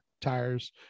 tires